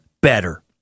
better